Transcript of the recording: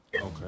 Okay